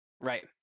Right